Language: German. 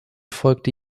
folgte